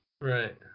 right